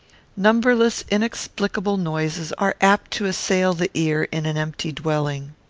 numberless inexplicable noises are apt to assail the ear in an empty dwelling.